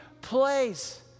place